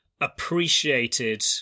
appreciated